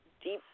deep